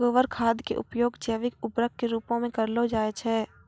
गोबर खाद के उपयोग जैविक उर्वरक के रुपो मे करलो जाय छै